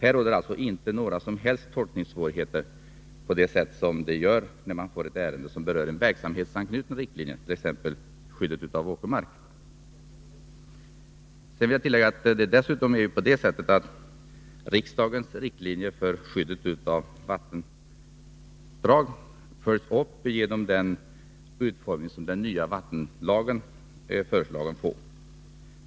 Här råder alltså inte några som helst tolkningssvårigheter på samma sätt som det gör när ett ärende berör verksamhetsanknutna riktlinjer, t.ex. avseende Jag vill tillägga att riksdagens riktlinjer för skyddet av vattendrag följs upp genom den utformning som den nya vattenlagen föreslås få.